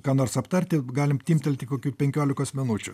ką nors aptarti galim timptelti kokių penkiolikos minučių